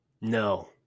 No